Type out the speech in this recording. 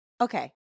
Okay